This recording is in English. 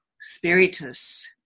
spiritus